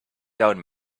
down